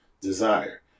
desire